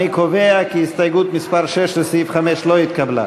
50. אני קובע כי הסתייגות מס' 6 לסעיף 5 לא התקבלה.